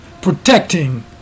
protecting